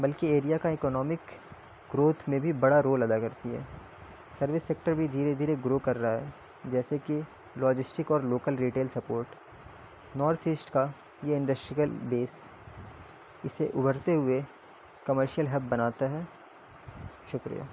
بلکہ ایریا کا economic growth میں بھی بڑا رول ادا کرتی ہے سروس سیکٹر بھی دھیرے دھیرے گرو کر رہا ہے جیسے کہ لوجسٹک اور local retail support north east کا یہ انڈسٹریل بیس اسے ابھرتے ہوئے کمرشیل ہب بناتا ہے شکریہ